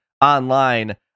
online